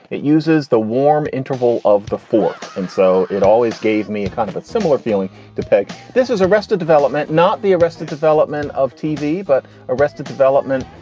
it uses the warm interval of the four and so it always gave me a kind of of similar feeling to peg. this is arrested development, not the arrested development of tv, but arrested development.